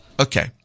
Okay